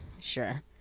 sure